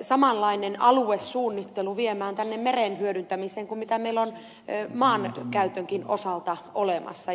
samanlainen aluesuunnittelu viemään tänne meren hyödyntämiseen kuin mitä meillä on maankäytönkin osalta olemassa